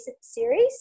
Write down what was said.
series